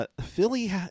Philly